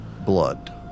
blood